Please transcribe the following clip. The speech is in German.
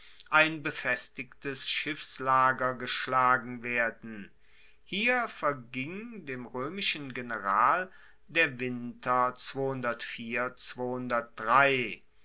ein befestigtes schiffslager geschlagen werden hier verging dem roemischen general der winter